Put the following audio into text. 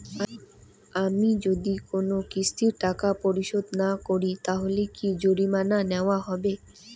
আমি যদি কোন কিস্তির টাকা পরিশোধ না করি তাহলে কি জরিমানা নেওয়া হবে?